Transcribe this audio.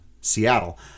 Seattle